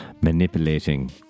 manipulating